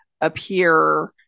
appear